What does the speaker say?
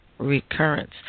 Recurrence